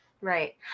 Right